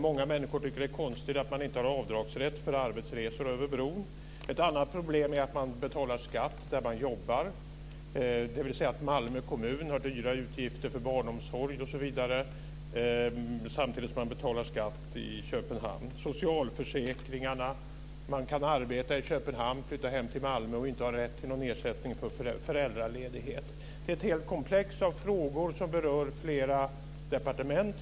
Många människor tycker att det är konstigt att man har avdragsrätt för arbetsresor över bron. Ett annat problem är att man betalar skatt där man jobbar, dvs. att Malmö kommun har höga utgifter för barnomsorg samtidigt som man betalar skatt i Köpenhamn. Sedan har vi socialförsäkringarna. Man kan arbeta i Köpenhamn, flytta hem till Malmö och inte ha rätt till någon ersättning för föräldraledighet. Det är ett helt komplex av frågor som berör flera departement.